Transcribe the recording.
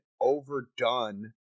overdone